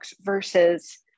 versus